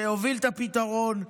שהוביל את הפתרון,